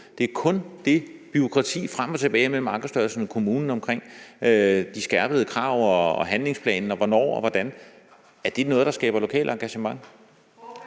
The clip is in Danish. Det handler kun om det bureaukrati frem og tilbage mellem Ankestyrelsen og kommunen i forhold til de skærpede krav og handlingsplanen og hvornår og hvordan. Er det noget, der skaber lokalt engagement?